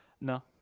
No